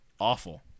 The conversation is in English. awful